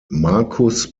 markus